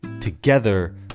together